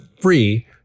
free